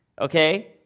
okay